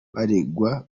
baregwa